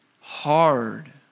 hard